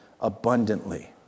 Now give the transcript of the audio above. abundantly